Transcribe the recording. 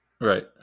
Right